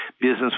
business